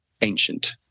ancient